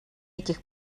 этих